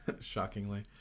Shockingly